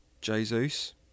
Jesus